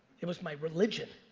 it was my religion.